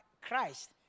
Christ